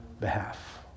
behalf